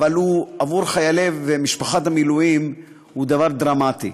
אבל עבור חיילים ומשפחה במילואים הוא דבר דרמטי.